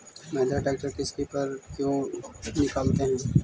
Mahindra tractor किसति पर क्यों निकालते हैं?